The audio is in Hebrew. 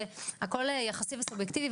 זה הכל יחסי וסובייקטיבי,